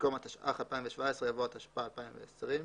במקום "התשע"ח-2017" יבוא "התשפ"א-2020".